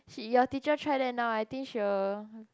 your teacher try that now I think she will